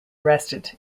arrested